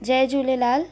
Jay Jhulelal